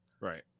Right